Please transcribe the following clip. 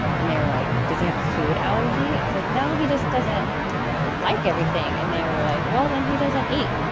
and they were like, does he have a food allergy? i said, no, he just doesn't like everything. and they were like, well, then he doesn't eat.